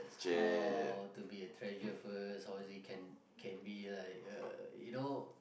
is how to be a treasure first how is it can be like uh you know